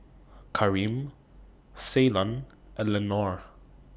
Kareem Ceylon and Lenore